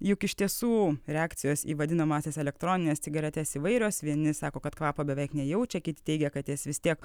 juk iš tiesų reakcijos į vadinamąsias elektronines cigaretes įvairios vieni sako kad kvapo beveik nejaučia kiti teigia kad jas vis tiek